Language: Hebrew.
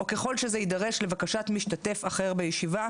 או ככל שזה יידרש לבקשת משתתף אחר בישיבה,